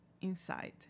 inside